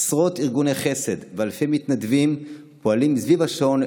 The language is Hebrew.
עשרות ארגוני חסד ואלפי מתנדבים פועלים סביב השעון,